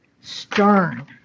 stern